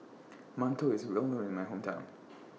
mantou IS Well known in My Hometown